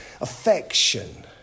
affection